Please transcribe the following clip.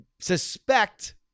suspect